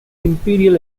imperial